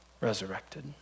resurrected